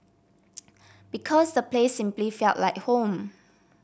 because the place simply felt like home